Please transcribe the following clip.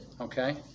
Okay